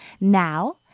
Now